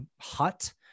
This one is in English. hut